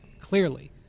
clearly